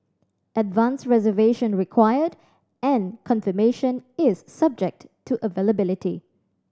advance reservation required and confirmation is subject to availability